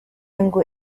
ngo